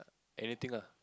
anything lah